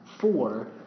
four